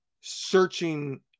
searching